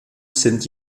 sind